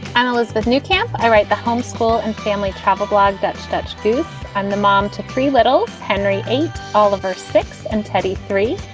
and elizabeth new kampai. write the home school and family travel blog that such fouth and the mom to three little henry eight, all of her six and teddy three.